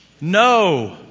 no